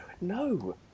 no